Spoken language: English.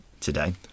today